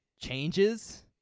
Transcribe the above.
changes